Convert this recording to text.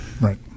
Right